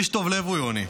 איש טוב לב הוא יוני.